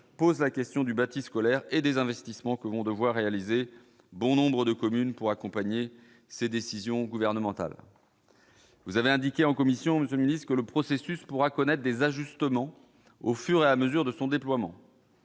pose la question du bâti scolaire et des investissements que vont devoir réaliser bon nombre de communes pour accompagner ces décisions gouvernementales. Vous avez indiqué en commission, monsieur le Ministre, que le processus pourra connaître des ajustements au fur et à mesure de son déploiement.